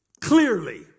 Clearly